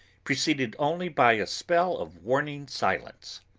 preceded only by a spell of warning silence.